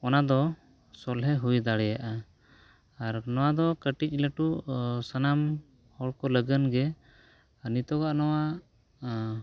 ᱚᱱᱟ ᱫᱚ ᱥᱳᱞᱦᱮ ᱦᱩᱭ ᱫᱟᱲᱮᱭᱟᱜᱼᱟ ᱟᱨ ᱱᱚᱣᱟ ᱫᱚ ᱠᱟᱹᱴᱤᱡ ᱞᱟᱹᱴᱩ ᱥᱟᱱᱟᱢ ᱦᱚᱲ ᱠᱚ ᱞᱟᱜᱟᱱ ᱜᱮ ᱱᱤᱛᱚᱜᱟᱜ ᱱᱚᱣᱟ